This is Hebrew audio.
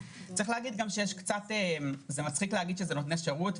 צריך להגיד שזה מצחיק להגיד שהם נותני שירות,